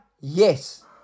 yes